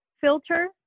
filter